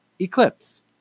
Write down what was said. Eclipse